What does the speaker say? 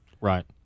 right